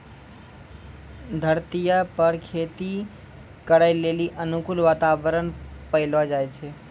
धरतीये पर खेती करै लेली अनुकूल वातावरण पैलो जाय छै